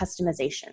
customization